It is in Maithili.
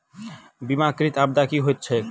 बीमाकृत आपदा की होइत छैक?